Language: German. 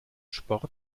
sport